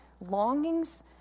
longings